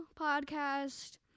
podcast